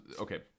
okay